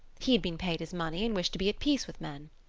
he had been paid his money and wished to be at peace with men.